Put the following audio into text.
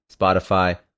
Spotify